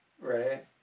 Right